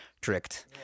tricked